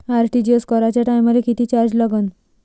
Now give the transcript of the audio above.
RTGS कराच्या टायमाले किती चार्ज लागन?